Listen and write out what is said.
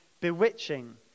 bewitching